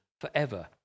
forever